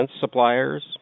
suppliers